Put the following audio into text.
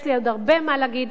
יש לי עוד הרבה מה להגיד,